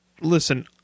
listen